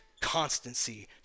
constancy